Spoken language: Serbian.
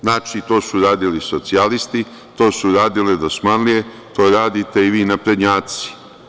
Znači, to su radili socijalisti, to su radile dosmanlije, to radite i vi naprednjaci.